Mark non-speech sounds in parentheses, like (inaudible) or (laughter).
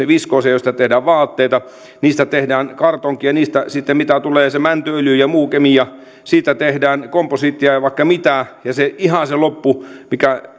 (unintelligible) viskoosia josta tehdään vaatteita niistä tehdään kartonkia niistä sitten mitä tulee se mäntyöljy ja muu kemia siitä tehdään komposiittia ja vaikka mitä ja ihan se loppu